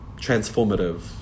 transformative